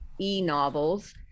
e-novels